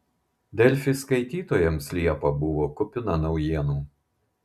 delfi skaitytojams liepa buvo kupina naujienų